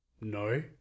no